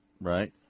Right